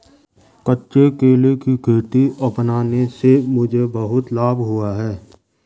कच्चे केले की खेती अपनाने से मुझे बहुत लाभ हुआ है